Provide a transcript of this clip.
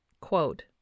quote